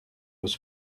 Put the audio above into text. was